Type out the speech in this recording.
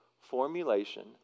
formulation